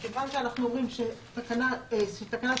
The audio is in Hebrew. מכיוון שאנחנו אומרים שתקנה 2ב,